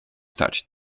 touched